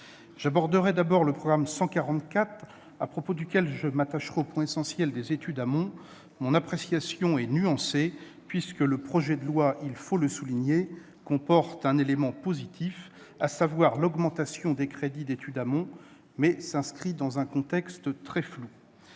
J'aborderai d'abord le programme 144, à propos duquel je m'attacherai au point, essentiel, des études amont. Mon appréciation, en la matière, est nuancée : le projet de loi- il faut le souligner -comporte un élément positif, à savoir l'augmentation des crédits d'études amont, mais celle-ci s'inscrit dans un contexte très flou.